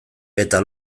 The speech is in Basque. eta